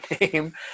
name